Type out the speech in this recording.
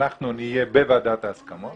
שאנחנו נהיה בוועדת ההסכמות